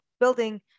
building